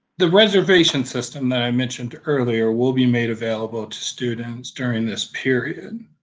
the reservation system that i mentioned earlier will be made available to students during this period,